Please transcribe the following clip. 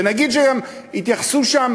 ונגיד שיתייחסו שם